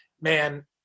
man